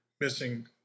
missing